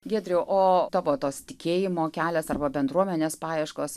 giedriau o tavo tos tikėjimo kelias arba bendruomenės paieškos